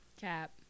cap